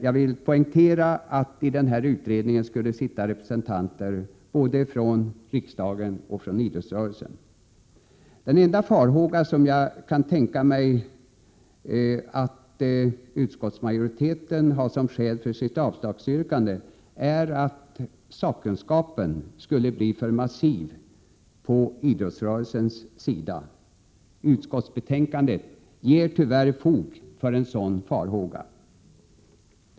Jag vill poängtera att det i utredningen skulle ingå representanter både från riksdagen och idrottsrörelsen. Den enda farhåga jag kan tänka mig att utskottsmajoriteten har som skäl för sitt avstyrkande är att sakkunskapen i alltför stor utsträckning skulle ställa sig på idrottsrörelsens sida. Utskottsbetänkandet ger tyvärr fog för en sådan farhåga.